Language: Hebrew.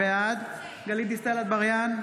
בעד גלית דיסטל אטבריאן,